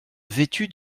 vêtu